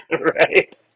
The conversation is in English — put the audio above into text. Right